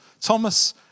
Thomas